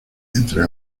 entre